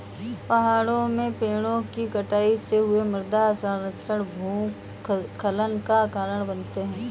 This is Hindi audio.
पहाड़ों में पेड़ों कि कटाई से हुए मृदा क्षरण भूस्खलन का कारण बनते हैं